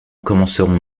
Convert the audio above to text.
commencerons